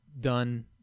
done